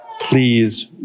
please